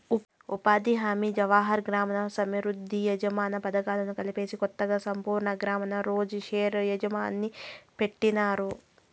ఉపాధి హామీ జవహర్ గ్రామ సమృద్ది యోజన పథకాలు కలిపేసి కొత్తగా సంపూర్ణ గ్రామీణ రోజ్ ఘార్ యోజన్ని పెట్టినారు